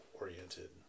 oriented